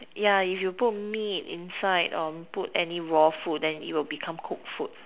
yeah if you put meat inside or put any raw inside then it will become cooked food